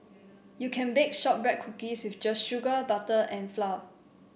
you can bake shortbread cookies with just sugar butter and flour